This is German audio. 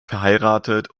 verheiratet